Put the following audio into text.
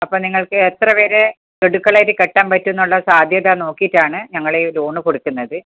അപ്പോൾ നിങ്ങൾക്ക് എത്ര വരെ ഗഡുക്കളായിട്ട് കെട്ടാൻ പറ്റുമെന്നുള്ള സാധ്യത നോക്കിയിട്ടാണ് ഞങ്ങളെ ഈ ലോൺ കൊടുക്കുന്നത്